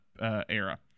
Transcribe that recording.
era